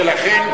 ולכן,